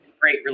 great